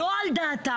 לא על דעתם,